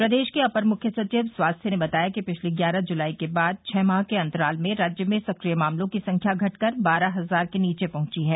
प्रदेश के अपर मुख्य सचिव स्वास्थ ने बताया कि पिछली ग्यारह जुलाई के बाद छह माह के अंतराल में राज्य में सक्रिय मामलों की संख्या घटकर बारह हजार के नीचे पहुंची है